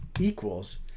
equals